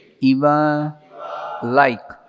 Iva-like